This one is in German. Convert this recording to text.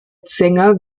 sänger